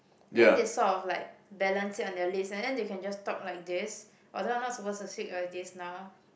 then they sort of like balance it on their lips and then they can talk like this although I not supposed to talk like this now